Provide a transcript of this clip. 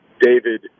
David